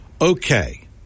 Okay